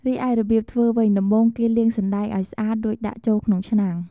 រីឯរបៀបធ្វើវិញ ដំបូងគេលាងសណ្តែកឱ្យស្អាត រួចដាក់ចូលក្នុងឆ្នាំង។